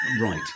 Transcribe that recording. Right